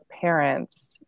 parents